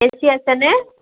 এ C আছেনে